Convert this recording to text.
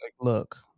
look